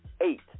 eight